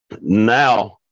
Now